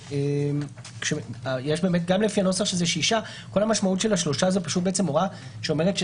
כל המשמעות של השלושה זה הוראה שאומרת,